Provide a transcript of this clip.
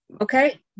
Okay